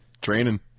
Training